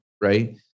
right